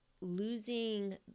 losing